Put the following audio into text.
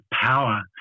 power